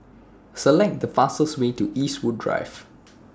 Select The fastest Way to Eastwood Drive